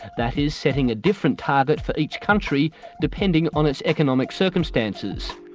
that is, setting a different target for each country depending on its economic circumstances.